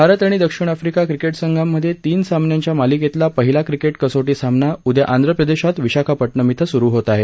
भारत आणि दक्षिण Africa cricket संघांमध्ये तीन सामन्यांच्या मालिकेतला पहिला क्रिकेट कसोटी सामना उद्या आंध्र प्रदेशात विशाखापट्टणम सुरू होत आहे